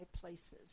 places